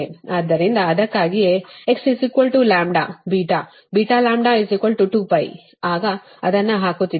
ಆದ್ದರಿಂದ ಅದಕ್ಕಾಗಿಯೇ x λ β βλ 2π ಆಗ ಅದನ್ನು ಹಾಕುತ್ತಿದ್ದೇವೆ